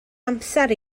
amser